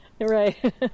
right